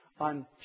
on